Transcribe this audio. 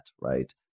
right